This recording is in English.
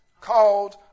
called